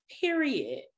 period